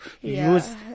use